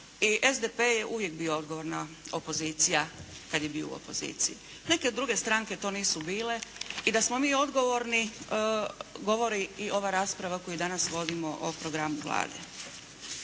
i SDP je uvijek bila odgovorna opozicija kada je bio u opoziciji. Neke druge stranke to nisu bile i da smo mi odgovorni govori i ova rasprava koju danas vodimo o programu Vlade.